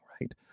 right